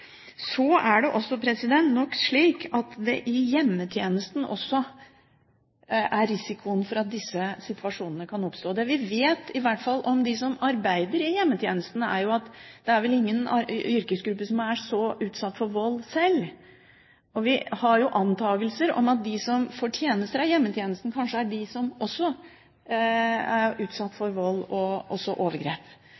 Så er det nok også slik at det i hjemmetjenesten er risiko for at disse situasjonene kan oppstå. Det vi i hvert fall vet om dem som arbeider i hjemmetjenesten, er jo at det vel ikke er noen yrkesgruppe som er så utsatt for vold sjøl. Vi har jo antakelser om at de som får tjenester fra hjemmetjenesten, kanskje også er de som er utsatt